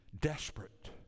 desperate